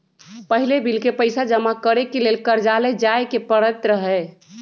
पहिले बिल के पइसा जमा करेके लेल कर्जालय जाय के परैत रहए